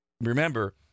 Remember